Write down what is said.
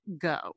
go